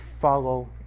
Follow